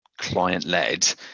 client-led